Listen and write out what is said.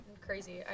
Crazy